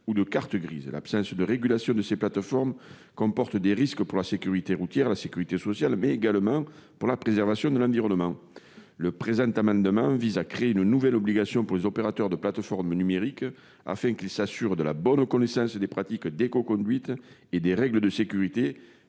ou de carte grise. L'absence de régulation de ces plateformes comporte des risques pour la sécurité routière et la sécurité sociale, mais également pour la préservation de l'environnement. Le présent amendement vise donc à créer une nouvelle obligation pour les opérateurs de plateformes numériques, afin qu'ils s'assurent de la bonne connaissance des pratiques d'écoconduite et des règles de sécurité